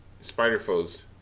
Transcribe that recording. Spider-Foes